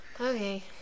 okay